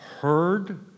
heard